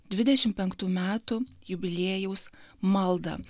dvidešimt penktų metų jubiliejaus maldą